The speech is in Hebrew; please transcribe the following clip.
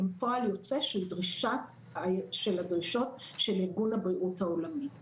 הם פועל יוצא של הדרישות של ארגון הבריאות העולמי.